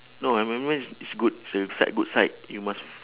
no iron man is is good so you side good side you must